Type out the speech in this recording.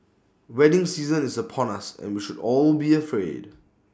wedding season is upon us and we should all be afraid